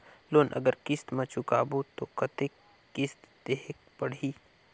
Loan अगर किस्त म चुकाबो तो कतेक किस्त देहेक पढ़ही?